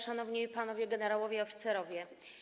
Szanowni Panowie Generałowie i Oficerowie!